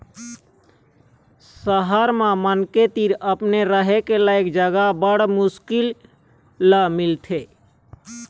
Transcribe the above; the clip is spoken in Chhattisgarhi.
सहर म मनखे तीर अपने रहें के लइक जघा बड़ मुस्कुल ल मिलथे